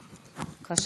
בבקשה.